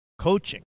coaching